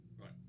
Right